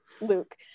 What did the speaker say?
luke